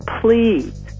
please